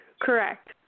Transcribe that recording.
Correct